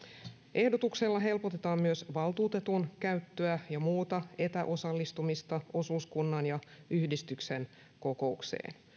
ehdotuksella helpotetaan myös valtuutetun käyttöä ja muuta etäosallistumista osuuskunnan ja yhdistyksen kokoukseen